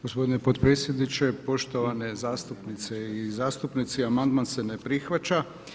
Gospodine potpredsjedniče, poštovane zastupnice i zastupnici, amandman se ne prihvaća.